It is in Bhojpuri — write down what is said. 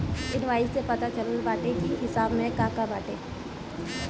इनवॉइस से पता चलत बाटे की हिसाब में का का बाटे